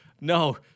No